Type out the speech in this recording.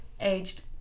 aged